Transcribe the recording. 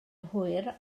hwyr